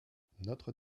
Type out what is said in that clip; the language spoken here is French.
notre